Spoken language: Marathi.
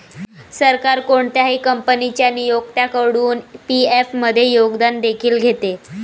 सरकार कोणत्याही कंपनीच्या नियोक्त्याकडून पी.एफ मध्ये योगदान देखील घेते